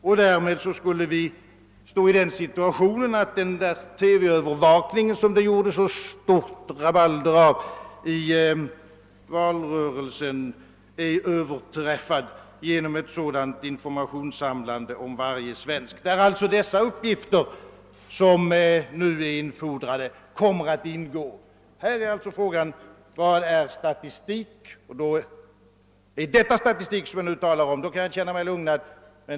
Den TV-övervakning på vissa offentliga platser, som föreslagits och som det i valrörelsen gjordes så stort rabalder omkring, skulle till konsekvenserna vida komma att överträffas av den uppsamling av informationer om hela befolkningen, vari de nu infordrade uppgifterna skall ingå. Frågan är alltså vad som är statistik. Om det som jag nu talar om är statistik, kan jag känna mig lugnad.